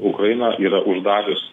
ukraina yra uždarius